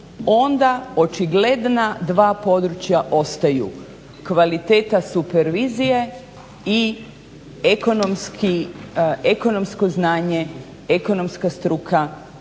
onda očigledna dva područja ostaju: kvaliteta supervizije i ekonomsko znanje, ekonomska struka